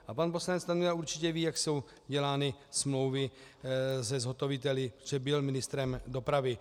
A pan poslanec Stanjura určitě ví, jak jsou dělány smlouvy se zhotoviteli, protože byl ministrem dopravy.